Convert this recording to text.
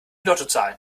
lottozahlen